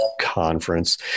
Conference